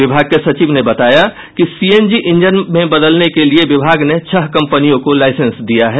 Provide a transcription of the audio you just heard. विभाग के सचिव ने बताया कि सीएनजी इंजन बदलने के लिये विभाग ने छह कंपनियों को लाइसेंस दिया है